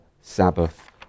Sabbath